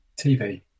TV